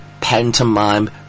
pantomime